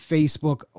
Facebook